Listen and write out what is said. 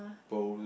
pearls ah